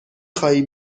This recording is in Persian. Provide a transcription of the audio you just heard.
خواهی